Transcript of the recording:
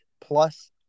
plus